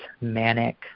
manic